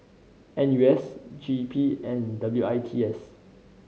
N U S G P N and W I T S